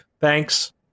thanks